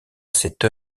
cette